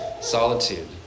solitude